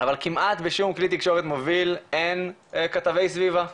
אבל כמעט בשום כלי תקשורת מוביל אין כתבי סביבה,